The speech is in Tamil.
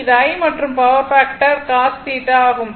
இது I மற்றும் பவர் ஃபாக்டர் cos θ ஆகும்